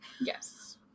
Yes